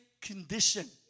condition